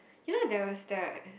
you know there was the